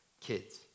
Kids